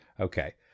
okay